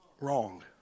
Wrong